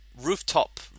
Rooftop